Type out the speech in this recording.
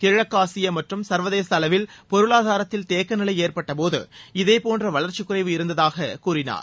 கிழக்காசிய மற்றும் சர்வதேச அளவில் பொருளாதாரத்தில் தேக்க நிலை ஏற்பட்டபோது இதே போன்ற வளர்ச்சிக்குறைவு இருந்ததாக கூறினார்